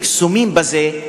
מוקסמים מזה,